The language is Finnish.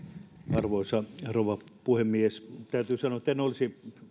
arvoisa rouva puhemies täytyy sanoa että en olisi